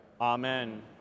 Amen